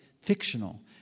fictional